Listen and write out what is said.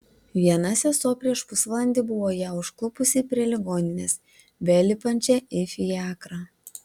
viena sesuo prieš pusvalandį buvo ją užklupusi prie ligoninės belipančią į fiakrą